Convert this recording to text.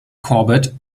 corbett